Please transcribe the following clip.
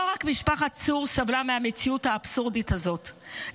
לא רק משפחת צור סבלה מהמציאות האבסורדית הזאת,